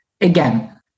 again